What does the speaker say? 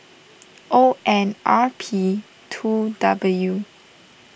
O N R P two W